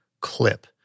clip